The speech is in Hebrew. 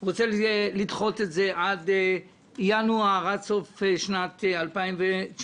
רוצה לדחות את זה עד ינואר, עד סוף שנת 2019,